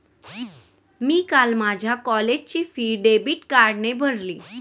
मी काल माझ्या कॉलेजची फी डेबिट कार्डने भरली